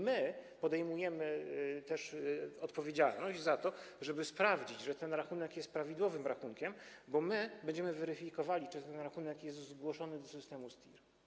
My jesteśmy odpowiedzialni za to, żeby sprawdzić, że ten rachunek jest prawidłowym rachunkiem, bo to my będziemy weryfikowali, czy ten rachunek jest zgłoszony do systemu STIR.